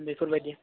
बेफोरबायदि